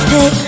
Hey